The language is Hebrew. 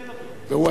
הוא ביטל אותו.